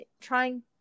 trying